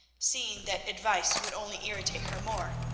seeing that advice would only irritate her more,